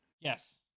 Yes